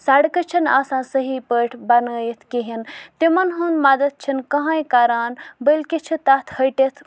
سَڑکہٕ چھےٚ نہٕ آسان صحیح پٲٹھۍ بَنٲیِتھ کِہینۍ تِمن ہُند مدد چھُ نہٕ کٕہینۍ کَران بٔلۍ کہِ چھِ تَتھ ۂٹِتھ